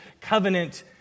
covenant